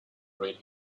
read